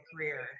career